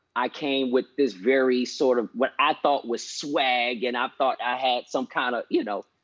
i came with this very sort of what i thought was swag, and i thought i had some kind of you know,